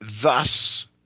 thus